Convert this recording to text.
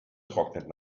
trocknet